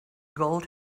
gold